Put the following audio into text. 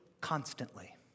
constantly